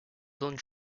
zone